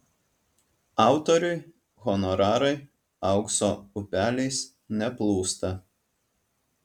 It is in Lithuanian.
autoriui honorarai aukso upeliais neplūsta